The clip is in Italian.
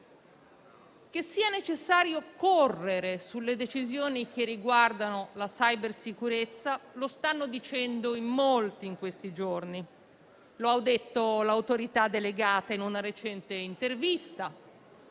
Che sia necessario correre sulle decisioni che riguardano la cybersicurezza lo stanno dicendo in molti in questi giorni. Lo ha detto l'Autorità delegata in una recente intervista,